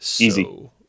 Easy